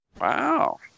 Wow